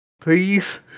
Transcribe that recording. Please